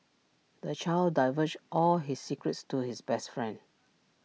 the child divulged all his secrets to his best friend